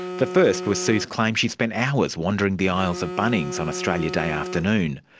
the first was sue's claim she spent hours wandering the aisles of bunnings on australia day afternoon.